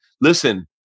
listen